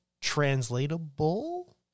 translatable